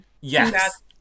Yes